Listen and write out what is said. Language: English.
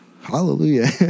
hallelujah